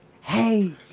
hey